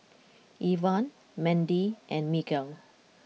Evan Mendy and Miguel